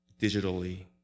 digitally